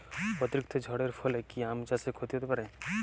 অতিরিক্ত ঝড়ের ফলে কি আম চাষে ক্ষতি হতে পারে?